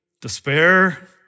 despair